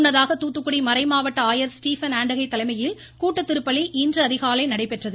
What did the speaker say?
முன்னதாக தூத்துக்குடி மறைமாவட்ட ஆயர் ஸ்டீபன் ஆண்டகை தலைமையில் கூட்டுத்திருப்பலி இன்று அதிகாலை நடைபெற்றது